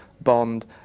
bond